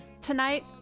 Tonight